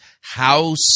house